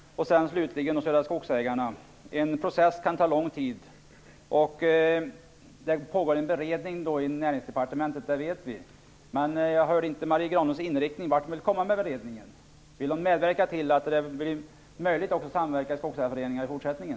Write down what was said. Slutligen några ord om Södra Skogsägarna. En process kan ta lång tid. Det pågår ju en beredning inom Näringsdepartementet, men jag hörde inte Marie Granlund säga något om inriktningen - om vart hon vill komma med beredningen. Vill hon medverka till att det blir möjligt att också samverka i skogsägarföreningar i fortsättningen?